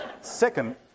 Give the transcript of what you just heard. Second